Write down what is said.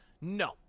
no